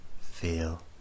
feel